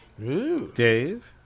Dave